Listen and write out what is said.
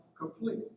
complete